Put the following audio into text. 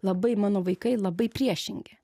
labai mano vaikai labai priešingi